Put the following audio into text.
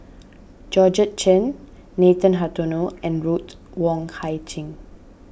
Georgette Chen Nathan Hartono and Ruth Wong Hie